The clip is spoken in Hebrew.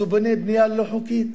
אז הוא בונה בנייה לא חוקית,